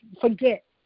forget